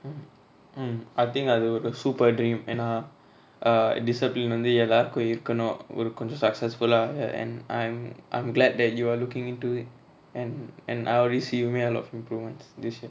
mm mm I think அது ஒரு:athu oru super dream ஏனா:yena err discipline வந்து எல்லாருக்கு இருக்கனு ஒரு கொஞ்சோ:vanthu ellaruku irukanu oru konjo successful ah err and I'm I'm glad that you're looking in to and and I'll see you may allow influent this year